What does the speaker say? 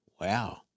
Wow